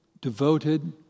devoted